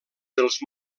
dels